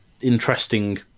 Interesting